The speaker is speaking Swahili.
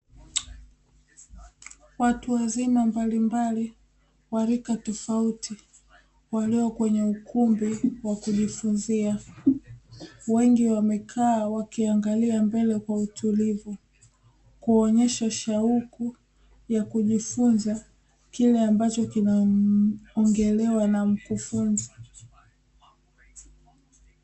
Watu wazima mbalimbali wa rika tofauti walio kwenye ukumbi wa kujifunzia, wengi wamekaa wakiangalia mbele kwa utulivu , kuonyesha shauku ya kujifunza kile ambacho kinaongelewa na mkufunzi .